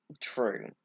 True